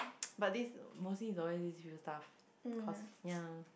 but this mostly is always this few stuff cause ya